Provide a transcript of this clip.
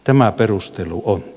tämä perustelu ontuu